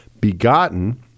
begotten